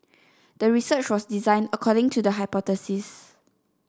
the research was designed according to the hypothesis